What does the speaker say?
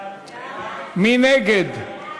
מי נגד?